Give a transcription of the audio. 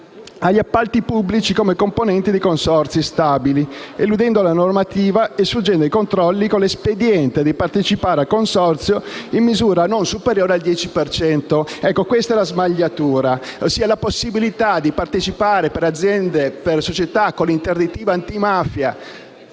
agli appalti pubblici come componenti dei consorzi stabili, eludendo la normativa e sfuggendo ai controlli con l'espediente di partecipare al consorzio in misura non superiore al 10 per cento». Ecco, questa è la smagliatura, ossia la possibilità di partecipare, per le società con interdittiva antimafia,